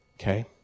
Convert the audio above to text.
okay